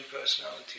Personality